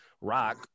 rock